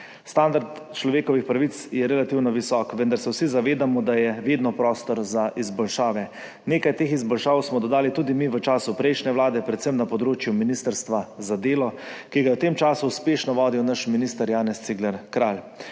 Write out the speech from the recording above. Standard človekovih pravic je relativno visok, vendar se vsi zavedamo, da je vedno prostor za izboljšave. Nekaj teh izboljšav smo dodali tudi mi v času prejšnje vlade, predvsem na področju ministrstva za delo, ki ga je v tem času uspešno vodil naš minister Janez Cigler Kralj.